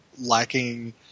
lacking